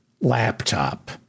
laptop